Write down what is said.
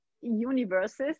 universes